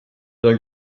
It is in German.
dein